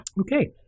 Okay